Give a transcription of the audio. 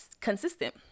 consistent